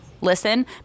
listen